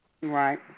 Right